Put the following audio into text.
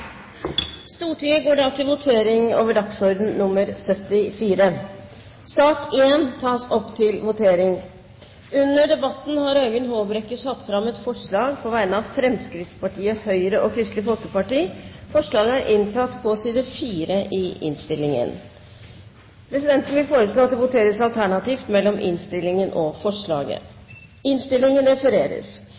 Stortinget går til votering. Under debatten har Øyvind Håbrekke satt fram et forslag på vegne av Fremskrittspartiet, Høyre og Kristelig Folkeparti. Det voteres alternativt mellom dette forslaget og innstillingen. Forslaget lyder: «Stortinget ber regjeringen fremlegge en helhetlig vurdering av vilkårene for den frivillige sektor hvor også insentivordninger som skattefradrag, grenser for lønnsoppgaveplikt og